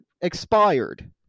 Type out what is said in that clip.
expired